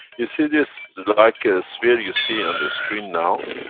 you see this, like a sphere you see on the screen now?